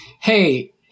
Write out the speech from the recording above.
Hey